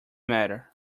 matter